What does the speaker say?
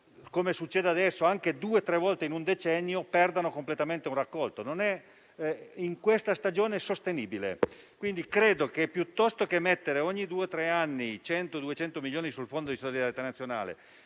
come succede adesso anche due o tre volte in un decennio, perdono completamente un raccolto. Non è sostenibile in questa stagione. Quindi, piuttosto che mettere ogni due o tre anni 100 o 200 milioni sul Fondo di solidarietà nazionale,